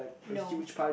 no